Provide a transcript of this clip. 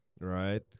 right